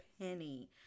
penny